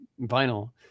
vinyl